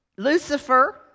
Lucifer